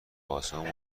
آسمون